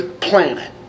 planet